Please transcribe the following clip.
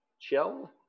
chill